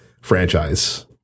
franchise